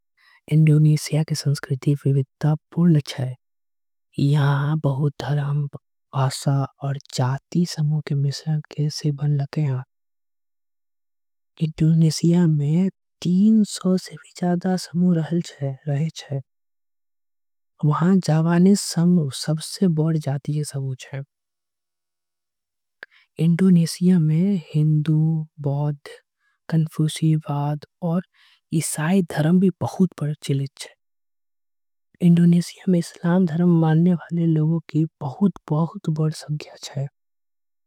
इंडोनेशिया के संस्कृति बहुत विविध छे। ईहा जाति धर्म आऊ भाषा के मिश्रण छे। इंडोनेशिया में तीन सौ से भी जादा समूह। रहल छे वहां जवाने सब जाति छे इंडोनेशिया। में इसाई धर्म के समूह बहुत छे इंडोनेशिया। में हिंदू ईसाई बौद्ध धर्म के विविधता छे।